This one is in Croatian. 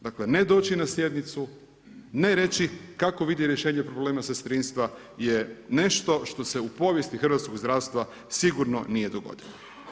Dakle, ne doći na sjednicu, ne reći kako vidi rješenje u problemu sestrinstva je nešto što se u povijesti hrvatskog zdravstva sigurno nije dogodilo.